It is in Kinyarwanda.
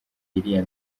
iriya